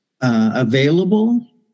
available